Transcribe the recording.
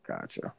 gotcha